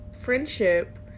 friendship